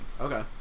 Okay